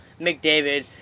McDavid